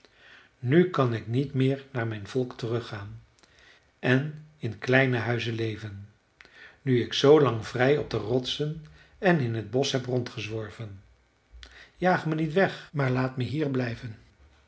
nu kan ik niet meer naar mijn volk teruggaan en in kleine huizen leven nu ik zoolang vrij op de rotsen en in t bosch heb rondgezworven jaag me niet weg maar laat me hier blijven